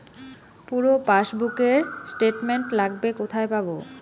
পুরো পাসবুকের স্টেটমেন্ট লাগবে কোথায় পাব?